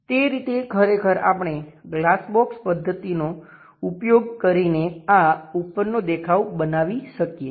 તે રીતે ખરેખર આપણે ગ્લાસ બોક્સનો ઉપયોગ કરીને આ ઉપરનો દેખાવ બનાવી શકીએ